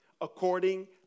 according